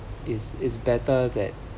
it's it's better that